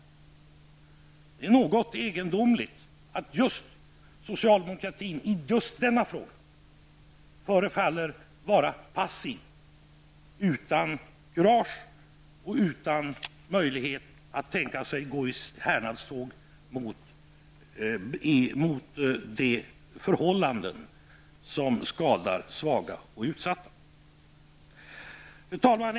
Det är något egendomligt att socialdemokraterna i just denna fråga förefaller vara passiva utan kurage och utan möjlighet att tänka sig att gå i härnadståg mot de förhållanden som skadar svaga och utsatta. Fru talman!